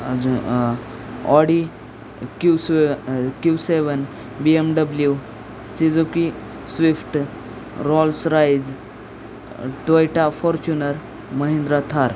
अजून Audi Q स Q seven B M W Suzuki Swift Rolls Royce Toyota Fortuner Mahindra Thar